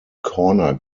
corner